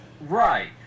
Right